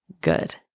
good